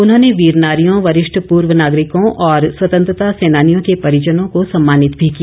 उन्होंने वीरनारियों वरिष्ठ पूर्व नागरिकों और स्वतंत्रता सैनानियों के परिजनों को सम्मानित भी किया